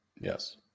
Yes